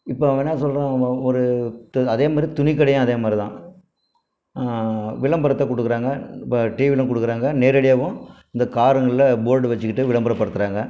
இப்போ அவங்க என்ன சொல்கிறா ஒரு அதே மாதிரி துணிக்கடையும் அதே மாதிரிதான் விளம்பரத்தை கொடுக்குறாங்க இப்போ டிவிலையும் கொடுக்குறாங்க நேரடியாகவும் இந்த காருங்களில் போர்டு வைச்சிகிட்டு விளம்பரப்படுத்தறாங்க